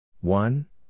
One